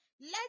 let